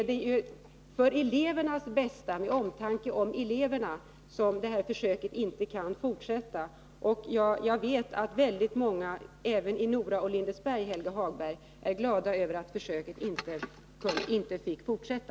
Det är för elevernas bästa, av omtanke om eleverna, som försöket inte kan fortsätta. Jag vet att väldigt många — även i Nora och Lindesberg, Helge Hagberg — är glada över att försöket inte fick fortsätta.